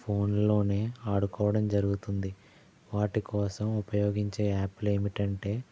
ఫోన్లోనే ఆడుకోవటం జరుగుతుంది వాటికోసం ఉపయోగించే యాప్లు ఏమిటంటే